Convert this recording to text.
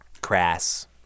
crass